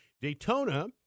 Daytona